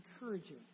encouraging